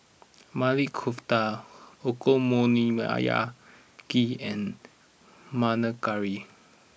Maili Kofta Okonomiyaki and Panang Curry